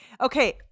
Okay